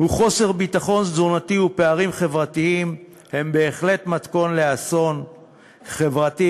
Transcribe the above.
חוסר ביטחון תזונתי ופערים חברתיים הם בהחלט מתכון לאסון חברתי,